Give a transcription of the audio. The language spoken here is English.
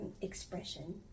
expression